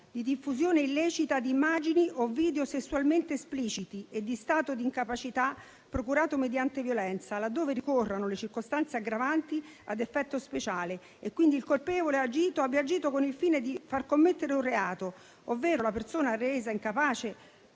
di diffusione illecita di immagini o video sessualmente espliciti e di stato di incapacità procurato mediante violenza, laddove ricorrano le circostanze aggravanti ad effetto speciale e quindi il colpevole abbia agito con il fine di far commettere un reato, ovvero la persona resa incapace